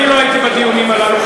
אני לא הייתי בדיונים הללו,